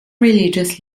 religious